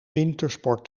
wintersport